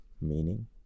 meaning